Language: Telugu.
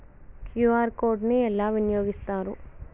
క్యూ.ఆర్ కోడ్ ని ఎలా వినియోగిస్తారు?